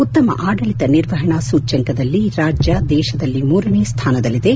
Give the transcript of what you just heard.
ಉತ್ತಮ ಆಡಳಿತ ನಿರ್ವಹಣಾ ಸೂಚ್ಯಂಕದಲ್ಲಿ ರಾಜ್ಯ ದೇಶದಲ್ಲಿ ಮೂರನೇ ಸ್ಥಾನದಲ್ಲಿದೆ